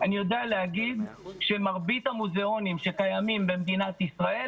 אני יודע להגיד שמרבית המוזיאונים שקיימים במדינת ישראל,